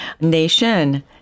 nation